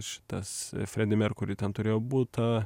šitas fredi merkuri ten turėjo butą